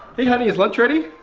hey honey, is lunch ready?